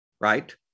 right